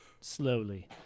slowly